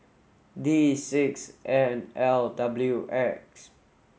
D six N L W X